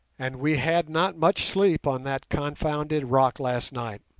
and we had not much sleep on that confounded rock last night